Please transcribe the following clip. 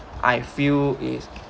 I feel is